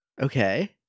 Okay